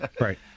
Right